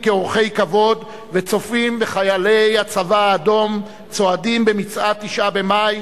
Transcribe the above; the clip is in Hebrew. כאורחי כבוד וצופים בחיילי הצבא האדום צועדים במצעד 9 במאי,